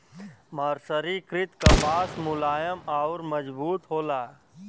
मर्सरीकृत कपास मुलायम आउर मजबूत होला